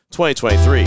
2023